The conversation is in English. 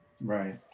Right